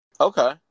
Okay